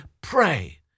pray